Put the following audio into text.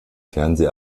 fernseh